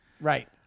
Right